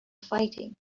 fighting